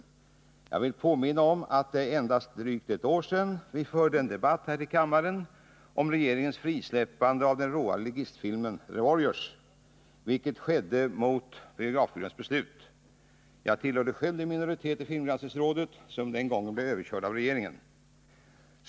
Jag vill påminna om att det är endast drygt ett år sedan vi förde en debatt här i kammaren om regeringens frisläppande av den råa ligistfilmen The Warriors, vilket skedde mot biografbyråns beslut. Jag tillhörde själv den minoritet i filmgranskningsrådet som den gången blev överkörd av regeringen.